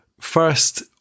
First